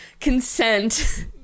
consent